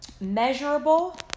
Measurable